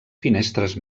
finestres